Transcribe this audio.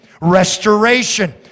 restoration